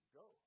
go